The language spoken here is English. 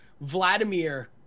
Vladimir